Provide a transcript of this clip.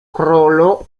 królu